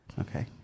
okay